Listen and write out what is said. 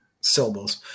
syllables